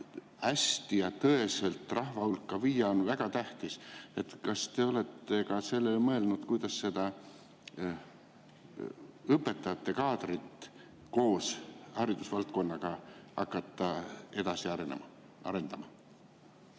hästi ja tõeselt rahva hulka viia. See on väga tähtis. Kas te olete mõelnud, kuidas seda õpetajate kaadrit koos haridusvaldkonnaga hakata edasi arendama?